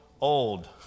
old